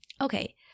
Okay